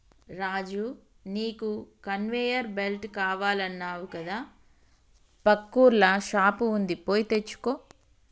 రాజు నీకు conveyor belt కావాలన్నావు కదా పక్కూర్ల షాప్ వుంది పోయి తెచ్చుకో